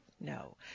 No